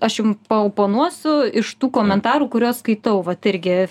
aš jum paoponuosiu iš tų komentarų kuriuos skaitau vat irgi